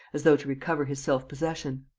as though to recover his self-possession.